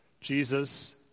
Jesus